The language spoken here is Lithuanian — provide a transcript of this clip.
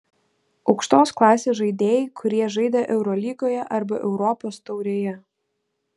aukštos klasės žaidėjai kurie žaidė eurolygoje arba europos taurėje